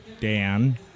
Dan